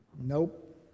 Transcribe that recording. Nope